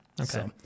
okay